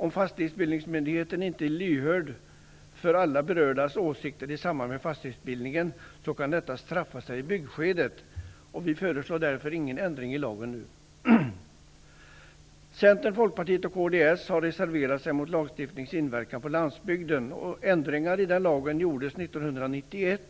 Om fastighetsbildningsmyndigheten inte är lyhörd för alla berördas åsikter i samband med fastighetsbildning kan detta straffa sig i byggskedet. Vi föreslår därför ingen ändring i lagen nu. Centern, Folkpartiet och kds har reserverat sig mot lagstiftningens inverkan på landsbygden. Ändringar gjordes i lagen 1991.